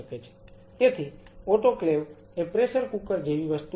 તેથી ઓટોક્લેવ એ pressure cooker જેવી વસ્તુ છે